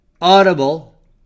Audible